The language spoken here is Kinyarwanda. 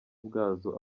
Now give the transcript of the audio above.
bwazo